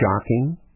shocking